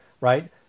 right